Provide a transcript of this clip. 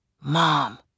Mom